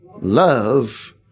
love